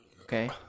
okay